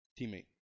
teammate